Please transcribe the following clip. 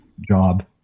job